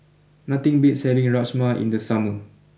nothing beats having Rajma in the summer